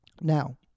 Now